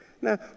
Now